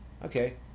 Okay